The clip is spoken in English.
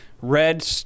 Red